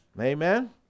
Amen